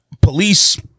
police